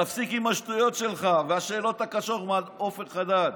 תפסיק עם השטויות שלך והשאלות הקשות, מר עופר חדד,